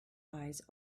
eyes